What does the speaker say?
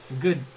Good